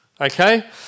Okay